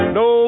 no